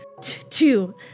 two